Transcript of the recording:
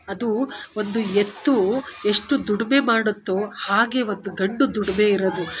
ಅದು ಒಂದು ಎತ್ತು ಎಷ್ಟು ದುಡಿಮೆ ಮಾಡುತ್ತೋ ಹಾಗೆ ಒಂದು ಗಂಡು ದುಡಿಮೆ ಇರೋದು